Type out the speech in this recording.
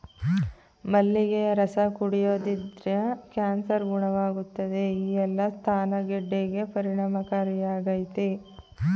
ಮಲ್ಲಿಗೆಯ ರಸ ಕುಡಿಯೋದ್ರಿಂದ ಕ್ಯಾನ್ಸರ್ ಗುಣವಾಗುತ್ತೆ ಈ ಎಲೆ ಸ್ತನ ಗೆಡ್ಡೆಗೆ ಪರಿಣಾಮಕಾರಿಯಾಗಯ್ತೆ